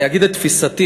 אני אגיד את תפיסתי.